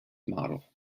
model